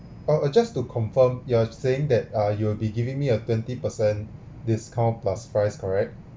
oh uh just to confirm you're saying that uh you will be giving me a twenty percent discount plus fries correct